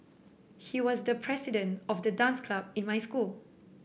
he was the president of the dance club in my school